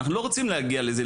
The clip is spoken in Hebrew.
אנחנו לא רוצים להגיע לזה,